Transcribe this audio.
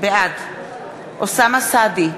בעד אוסאמה סעדי,